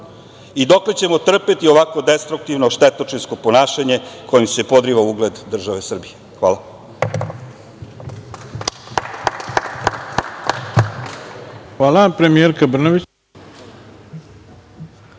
i dokle ćemo trpeti ovako destruktivno i štetočinsko ponašanje, kojim se podriva ugled države Srbije? Hvala. **Ivica